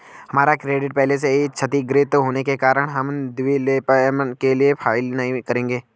हमारा क्रेडिट पहले से ही क्षतिगृत होने के कारण हम दिवालियेपन के लिए फाइल नहीं करेंगे